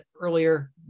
earlier